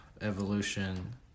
evolution